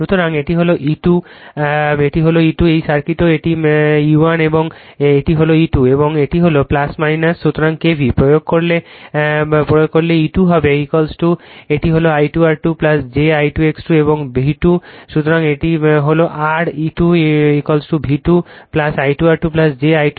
সুতরাং এটি হল E2 এটি হল E2 এই সার্কিটেও এটি E1 এটি হল E2 এবং এটি হল সুতরাং K v l প্রয়োগ করলে কি কল করলে E2 হবে এটি হল I2 R2 j I2 X2 এবং V2 সুতরাং সেটি হল r E2 V2 I2 R2 j I2 X2